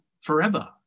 forever